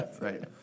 right